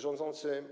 Rządzący